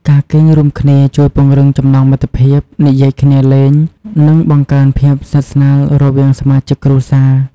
ការគេងរួមគ្នាជួយពង្រឹងចំណងមិត្តភាព និយាយគ្នាលេង និងបង្កើនភាពស្និទ្ធស្នាលរវាងសមាជិកគ្រួសារ។